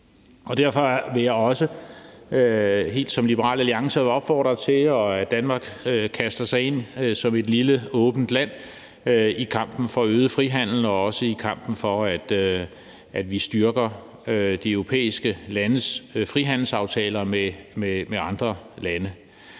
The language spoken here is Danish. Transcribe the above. Derfor vil jeg også helt som Liberal Alliance opfordre til, at Danmark kaster sig ind som et lille, åbent land i kampen for øget frihandel og også i kampen for, at vi styrker de europæiske landes frihandelsaftaler med andre lande.